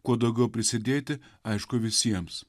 kuo daugiau prisidėti aišku visiems